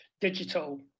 digital